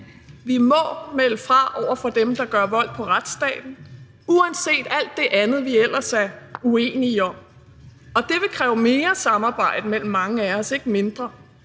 Vi må melde fra over for dem, der gør vold på retsstaten, uanset alt det andet, som vi ellers er uenige om. Og det vil kræve mere samarbejde mellem mange af os – ikke mindre